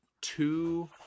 two